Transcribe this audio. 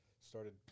started